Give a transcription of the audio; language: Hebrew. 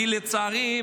כי לצערי,